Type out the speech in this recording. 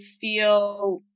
feel